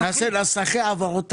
נעשה נסחי העברות תקציב,